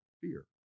fear